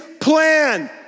plan